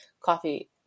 coffee